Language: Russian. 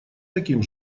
таким